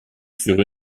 sur